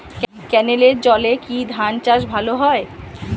ক্যেনেলের জলে কি ধানচাষ ভালো হয়?